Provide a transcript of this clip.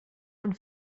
und